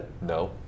No